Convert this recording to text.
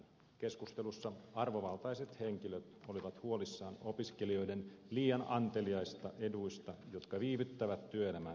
keskustelussa arvovaltaiset henkilöt olivat huolissaan opiskelijoiden liian anteliaista eduista jotka viivyttävät työelämään siirtymistä